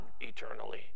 eternally